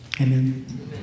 Amen